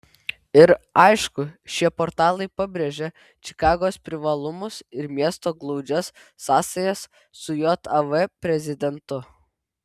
ir aišku šie portalai pabrėžia čikagos privalumus ir miesto glaudžias sąsajas su jav prezidentu